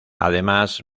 además